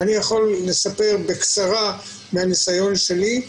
אני יכול לספר בקצרה מהניסיון שלי.